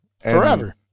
Forever